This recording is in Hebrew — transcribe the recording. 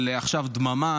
של: עכשיו דממה,